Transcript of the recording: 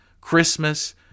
Christmas